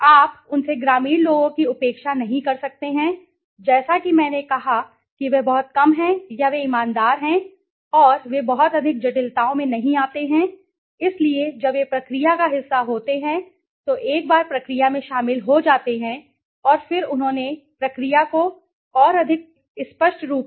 आप उनसे ग्रामीण लोगों की अपेक्षा नहीं कर सकते हैं जैसा कि मैंने कहा कि वे बहुत कम हैं या वे ईमानदार हैं और वे बहुत अधिक जटिलताओं में नहीं आते हैं इसलिए जब वे प्रक्रिया का हिस्सा होते हैं तो एक बार प्रक्रिया में शामिल हो जाते हैं फिर उन्होंने प्रक्रिया को और अधिक समझाया स्पष्ट रूप से